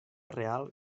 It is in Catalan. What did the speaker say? real